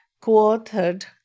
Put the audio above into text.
co-authored